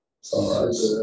Sunrise